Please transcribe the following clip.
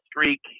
streak